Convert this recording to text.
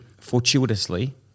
fortuitously